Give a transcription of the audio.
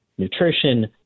Nutrition